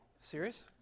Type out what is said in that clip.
serious